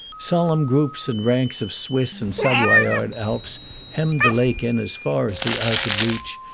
solemn groups and ranks of swiss and savoyard alps hemmed the lake in as far as the eye could reach,